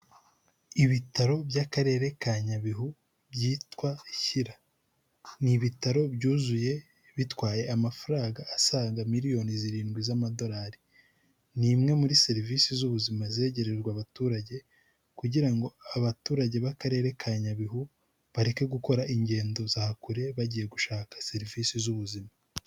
Ibitaro by'akarere ka Nyabihu byitwa Shyira, ni ibitaro byuzuye bitwaye amafaranga asaga miliyoni zirindwi z'amadolari. Ni imwe muri serivisi z'ubuzima zegererwa abaturage kugira ngo abaturage b'akarere ka Nyabihu bareke gukora ingendo za kure bagiye gushaka serivisi z'ubuzima.